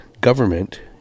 government